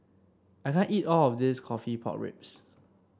I can't eat all of this coffee Pork Ribs